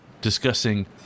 discussing